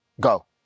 Go